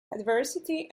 adversity